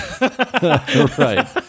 right